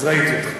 אז ראיתי אותך.